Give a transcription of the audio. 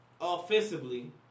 offensively